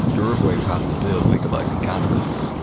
uruguay passed a bill legalizing cannabis,